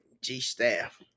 G-Staff